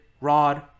Rod